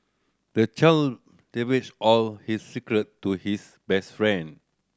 the child divulged all his secret to his best friend